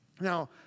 Now